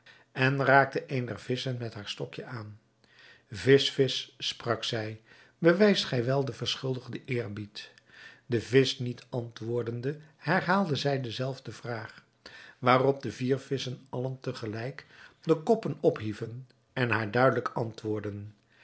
en raakte een der visschen met haar stokje aan visch visch sprak zij bewijst gij wel den verschuldigden eerbied de visch niet antwoordende herhaalde zij de zelfde vraag waarop de vier visschen allen te gelijk de koppen ophieven en haar duidelijk